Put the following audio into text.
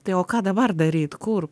tai o ką dabar daryt kur